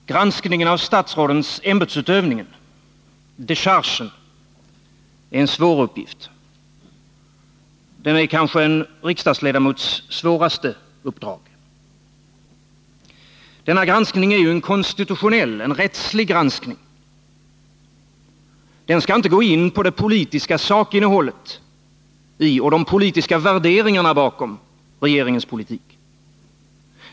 Fru talman! Granskningen av statsrådens ämbetsutövning, dechargen, är en svår uppgift. Den är kanske en riksdagsledamots svåraste uppdrag. Denna granskning är en konstitutionell, en rättslig granskning. Den skall inte gå in på det politiska sakinnehållet i och de politiska värderingarna bakom regeringens politik.